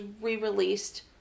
re-released